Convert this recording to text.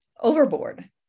overboard